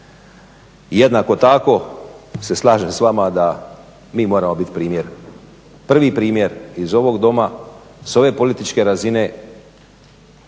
Jednako tako se slažem s vama da mi moramo biti primjer, prvi primjer iz ovog Doma s ove političke razine,